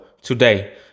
Today